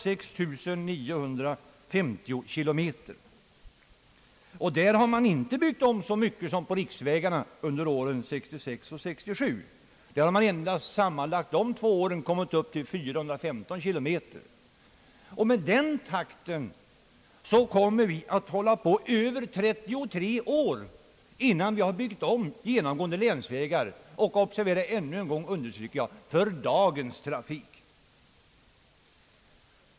Dessa vägar har inte byggts om ens i samma omfattning som riksvägarna under åren 1966 och 1967. Under dessa två år har man sammanlagt byggt om endast 415 km. Med den takten kommer vi att hålla på mer än 33 år innan vi byggt om våra genomgående länsvägar för dagens trafik.